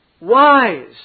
wise